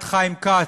את חיים כץ,